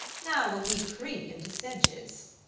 now will he creep into sedges.